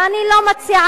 ואני לא מציעה,